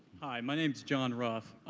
hi, my name's john ruff.